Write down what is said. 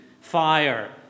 Fire